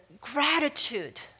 gratitude